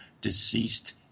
deceased